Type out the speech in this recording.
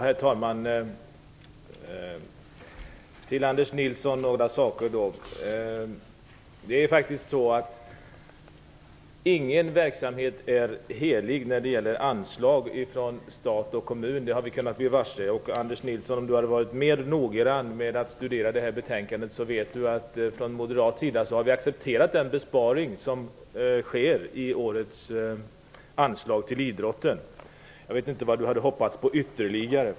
Herr talman! Ingen verksamhet är helig när det gäller anslag från stat och kommun. Det har vi kunnat bli varse. Om Anders Nilsson hade varit mer noggrann med att studera betänkandet borde han veta att vi från moderaterna har accepterat den besparing som sker i anslaget till idrotten. Jag vet inte vad Anders Nilsson hade hoppats på ytterligare.